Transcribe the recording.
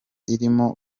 irimo